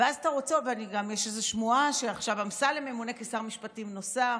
ויש איזה שמועה שעכשיו אמסלם ימונה כשר משפטים נוסף.